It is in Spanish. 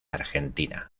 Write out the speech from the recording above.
argentina